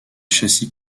châssis